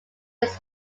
his